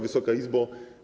Wysoka Izbo!